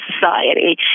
society